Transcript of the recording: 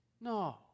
No